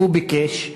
והוא ביקש,